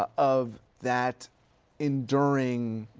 ah of that enduring